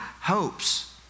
hopes